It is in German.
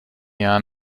jahr